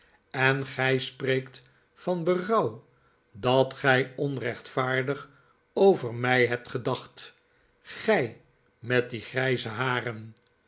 en g ij spreekt van berouw dat gij onrechtvaardig over mij hebt gedacht gij met die grijze haren